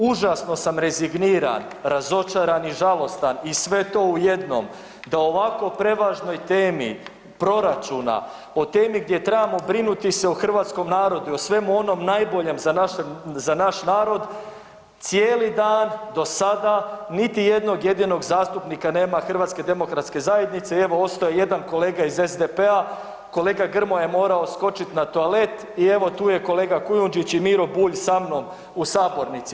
Užasno sam rezigniran, razočaran i žalostan i sve to u jednom, da ovako prevažnoj temi proračuna, o temi gdje trebamo brinuti se o hrvatskom narodu i o svemu onom najboljem za naš narod, cijeli dan do sada niti jednog jedinog zastupnika nema HDZ-a, evo, ostao je jedan kolega iz SDP-a, kolega Grmoja je morao skočiti na toalet i evo, tu je kolega Kujundžić i Miro Bulj samnom u sabornici.